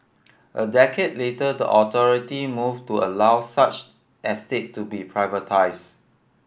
a decade later the authority moved to allow such estate to be privatised